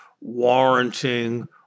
warranting